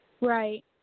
right